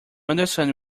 understand